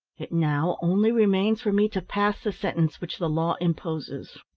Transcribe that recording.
it now only remains for me to pass the sentence which the law imposes.